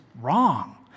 wrong